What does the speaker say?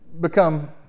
become